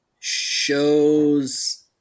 shows